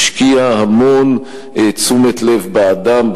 הוא השקיע המון תשומת לב באדם,